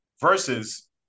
versus